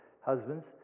Husbands